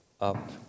up